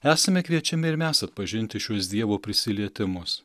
esame kviečiami ir mes atpažinti šiuos dievo prisilietimus